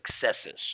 successes